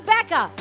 Becca